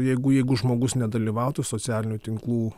jeigų jeigu žmogus nedalyvautų socialinių tinklų